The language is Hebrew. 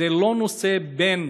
לא נושא בין